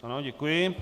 Ano, děkuji.